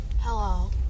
Hello